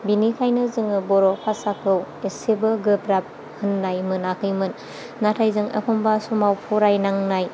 बेनिखायनो जोङो बर' भासाखौ एसेबो गोब्राब होननाय मोनाखैमोन नाथाय जों एखनबा समाव फरायनांनाय